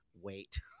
wait